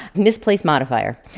misplaced modifier.